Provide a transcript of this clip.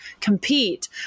compete